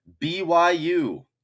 BYU